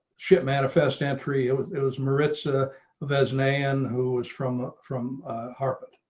ship manifest entry, it was, it was marissa of as man who was from ah from harvard.